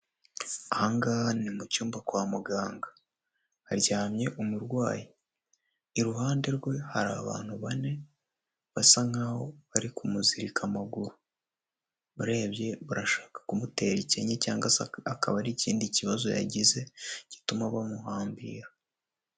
Aha ngaha ni mu cyumba kwa muganga, haryamye umurwayi. Iruhande rwe hari abantu bane, basa nkaho bari kumuzirika amaguru. Urebye barashaka kumutera ikinya cyangwa se akaba ari ikindi kibazo yagize, gituma bamuhambira.